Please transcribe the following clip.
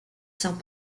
saint